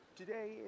today